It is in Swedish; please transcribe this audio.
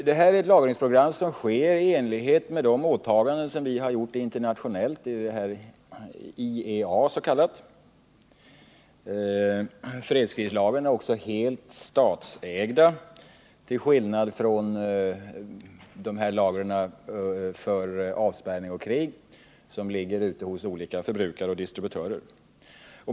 Det här är ett lagringsprogram i enlighet med våra internationella åtaganden i IEA. Fredskrislagren är också helt statsägda till skillnad från lagren för avspärrning och krig, som ligger ute hos olika förbrukare och distributörer.